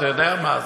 אתה יודע מה זה,